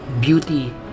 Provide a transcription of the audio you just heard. beauty